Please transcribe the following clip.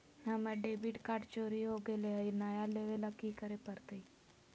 हमर debit card चोरी हो गेले हई, नया लेवे ल की करे पड़तई?